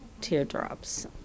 teardrops